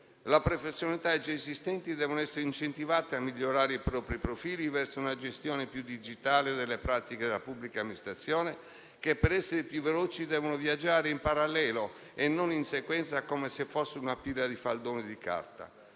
Le professionalità già esistenti devono essere incentivate a migliorare i propri profili verso una gestione più digitale delle pratiche della pubblica amministrazione che, per essere più veloci, devono viaggiare in parallelo e non in sequenza, come se fosse una pila di faldoni di carta.